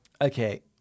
Okay